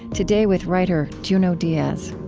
today, with writer junot diaz